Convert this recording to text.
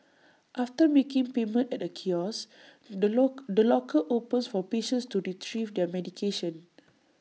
after making payment at A kiosk the lock locker opens for patients to Retrieve their medication